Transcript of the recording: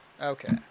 Okay